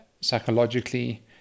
psychologically